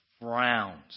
frowns